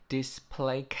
Display